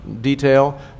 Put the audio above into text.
detail